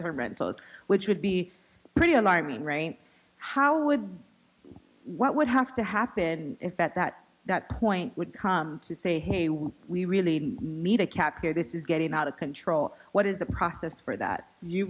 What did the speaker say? term rent vote which would be pretty alarming right how would what would have to happen if at that that point would come to say hey well we really need a cap here this is getting out of control what is the process for that you